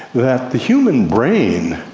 that the human brain,